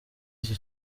iki